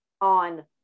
on